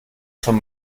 schon